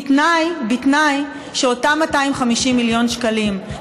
בתנאי שאותם 250 מיליון שקלים,